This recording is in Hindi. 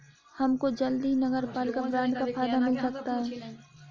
हमको जल्द ही नगरपालिका बॉन्ड का फायदा मिल सकता है